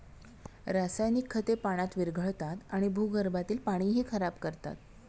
रासायनिक खते पाण्यात विरघळतात आणि भूगर्भातील पाणीही खराब करतात